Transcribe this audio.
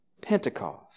Pentecost